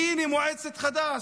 הינה, מועצת חד"ש,